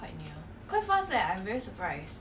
mm this call fast ah